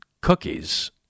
cookies